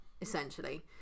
essentially